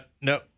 no